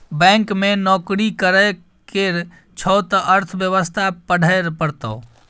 bank मे नौकरी करय केर छौ त अर्थव्यवस्था पढ़हे परतौ